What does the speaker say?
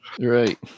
Right